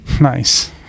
Nice